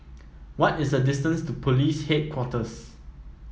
what is the distance to Police Headquarters